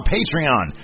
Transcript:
Patreon